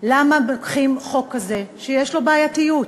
למה לוקחים חוק כזה שיש בו בעייתיות,